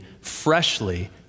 freshly